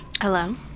Hello